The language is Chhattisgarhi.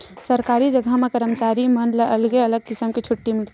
सरकारी जघा म करमचारी मन ला अलगे अलगे किसम के छुट्टी मिलथे